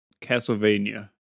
Castlevania